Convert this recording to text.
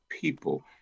people